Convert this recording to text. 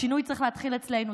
השינוי צריך להתחיל אצלנו,